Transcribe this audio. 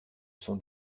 son